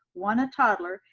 one a toddler,